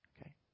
Okay